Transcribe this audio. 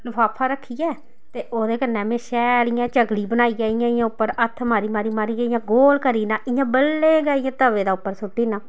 लफाफा रक्खियै ते ओहदे कन्नै में शैल इ'यां चकली बनाइयै इ'यां इ'यां उप्पर हत्थ मारी मारी मारियै इ'यां गोल करी ओड़ना इयां बल्लें गै इ'यां तवे दे उप्पर सुट्टी ओड़ना